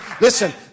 Listen